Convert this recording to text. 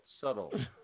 Subtle